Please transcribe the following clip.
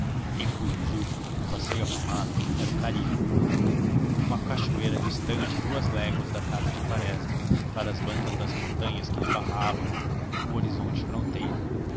em curuzu o passeio afamado era o carico uma cachoeira distante duas léguas da casa de quaresma para as bandas das montanhas que lhe barravam o horizonte fronteiro